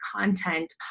content